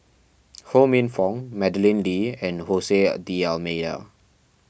Ho Minfong Madeleine Lee and Jose D'Almeida